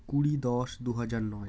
কুড়ি দশ দু হাজার নয়